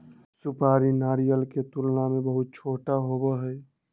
सुपारी नारियल के तुलना में बहुत छोटा होबा हई